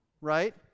right